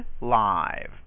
live